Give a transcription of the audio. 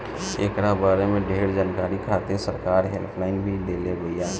एकरा बारे में ढेर जानकारी खातिर सरकार हेल्पलाइन भी देले बिया